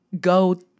go